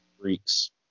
freaks